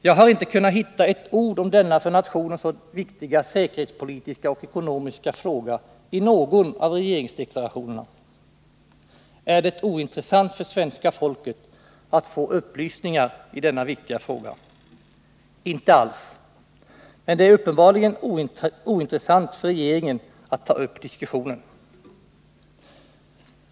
Jag har inte kunnat hitta ett ord om denna för nationen så viktiga säkerhetspolitiska och ekonomiska fråga i någon av regeringsdeklarationerna. Är det ointressant för svenska folket att få upplysningar i denna viktiga fråga? Inte alls! Men det är uppenbarligen ointressant för regeringen att ta upp diskussionen.